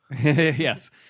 Yes